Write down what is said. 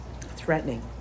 threatening